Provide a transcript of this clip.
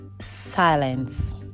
silence